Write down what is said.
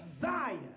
Zion